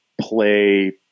play